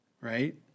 right